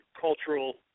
cultural